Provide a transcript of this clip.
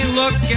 look